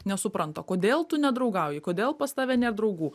nesupranta kodėl tu nedraugauji kodėl pas tave nėr draugų